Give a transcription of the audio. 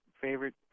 favorite